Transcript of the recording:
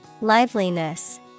Liveliness